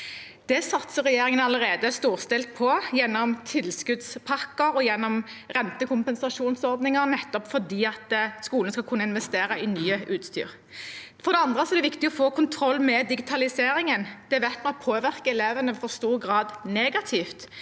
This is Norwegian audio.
Det satser regjeringen allerede storstilt på gjennom tilskuddspakker og gjennom rentekompensasjonsordningen, nettopp for at skolen skal kunne investere i nytt utstyr. For det andre er det viktig å få kontroll med digitaliseringen. Det vet vi at påvirker elevene i for stor grad negativt,